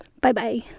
Bye-bye